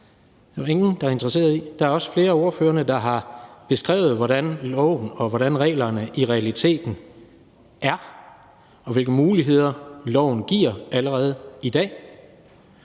Der er også flere af ordførerne, der har beskrevet, hvordan loven og hvordan reglerne i realiteten er, og hvilke muligheder loven giver allerede i dag.